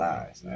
Lies